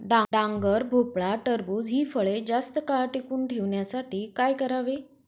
डांगर, भोपळा, टरबूज हि फळे जास्त काळ टिकवून ठेवण्यासाठी काय करावे?